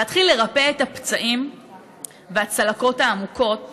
להתחיל לרפא את הפצעים והצלקות העמוקות